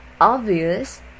obvious